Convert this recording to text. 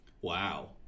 Wow